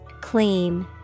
Clean